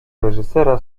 reżysera